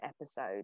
episode